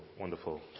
Wonderful